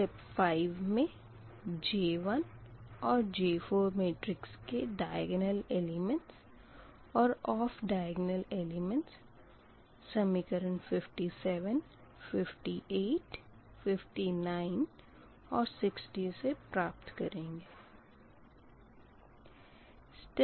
step 5 मे J1 और J4 matrix के दयग्नल एलिमेंट्स और ऑफ़ दयग्नल एलिमेंट समीकरण 57 58 59 और 60 से प्राप्त कर सकते है